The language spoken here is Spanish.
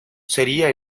sería